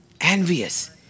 envious